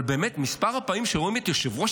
אבל באמת מספר הפעמים שרואים את יושב-ראש